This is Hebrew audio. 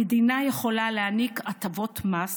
המדינה יכולה להעניק הטבות מס